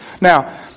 Now